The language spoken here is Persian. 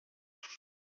است